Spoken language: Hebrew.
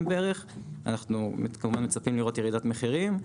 ואנחנו מצפים לראות ירידת מחירים.